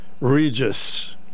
Regis